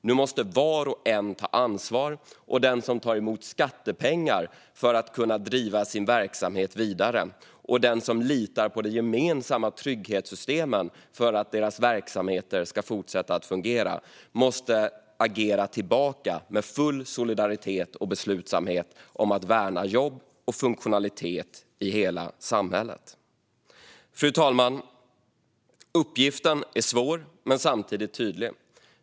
Nu måste var och en ta ansvar, och den som tar emot skattepengar för att kunna driva sin verksamhet vidare och den som litar på de gemensamma trygghetssystemen för att deras verksamheter ska fortsätta att fungera måste agera tillbaka med full solidaritet och beslutsamhet om att värna jobb och funktionalitet i hela samhället. Fru talman! Uppgiften är svår men samtidigt tydlig.